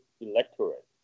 electorate